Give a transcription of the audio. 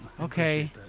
Okay